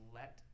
let